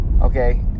okay